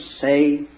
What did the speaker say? say